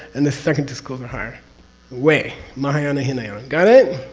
and the second two schools are higher way, mahayana hinayana got it?